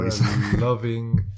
loving